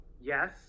Yes